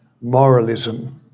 moralism